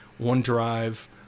OneDrive